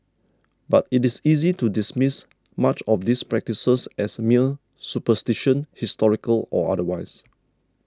but it is easy to dismiss much of these practices as mere superstition historical or otherwise